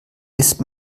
ist